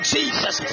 Jesus